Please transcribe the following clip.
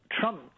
Trump